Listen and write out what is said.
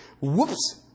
Whoops